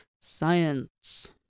science